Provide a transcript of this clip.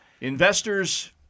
Investors